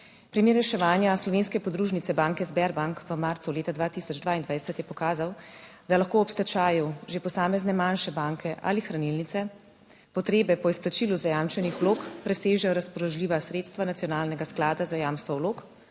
Primer reševanja slovenske podružnice banke Sberbank v marcu leta 2022 je pokazal, da lahko ob stečaju že posamezne manjše banke ali hranilnice potrebe po izplačilu zajamčenih vlog presežejo razpoložljiva sredstva nacionalnega sklada za jamstvo vlog,